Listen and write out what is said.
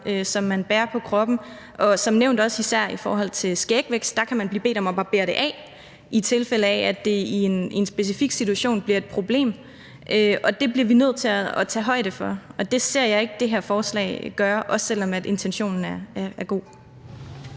som man bærer på kroppen, og især også i forhold til skægvækst kan man som nævnt blive bedt om at barbere det af, i tilfælde af at det i en specifik situation bliver et problem, og det bliver vi nødt til at tage højde for. Det ser jeg ikke at det her forslag gør, heller ikke selv om intentionen er god.